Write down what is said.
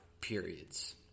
periods